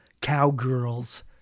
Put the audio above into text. cowgirls